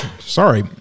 sorry